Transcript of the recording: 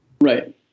Right